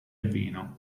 vino